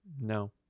No